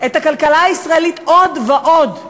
את הכלכלה הישראלית עוד ועוד.